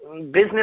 business